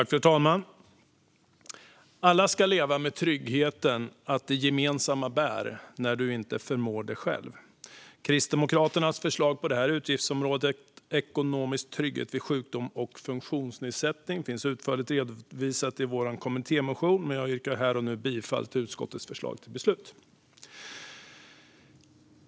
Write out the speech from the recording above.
Fru talman! Alla ska leva med tryggheten att det gemensamma bär när man inte förmår det själv. Förslagen från oss i Kristdemokraterna på utgiftsområdet Ekonomisk trygghet vid sjukdom och funktionsnedsättning finns utförligt redovisade i vår kommittémotion. Jag yrkar här och nu bifall till utskottets förslag till beslut.